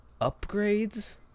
upgrades